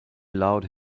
allowed